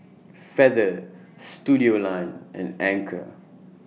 Feather Studioline and Anchor